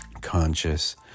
conscious